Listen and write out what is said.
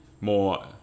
more